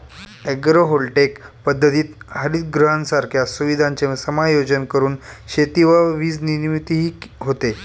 agrovoltaic पद्धतीत हरितगृहांसारख्या सुविधांचे समायोजन करून शेती व वीजनिर्मितीही होते